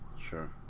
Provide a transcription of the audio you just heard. sure